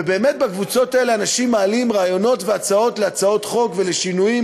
ובאמת בקבוצות האלה אנשים מעלים הצעות ורעיונות להצעות חוק ולשינויים